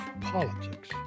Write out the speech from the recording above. politics